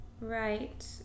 right